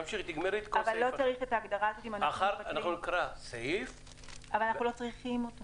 אנחנו לא צריכים את